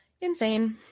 Insane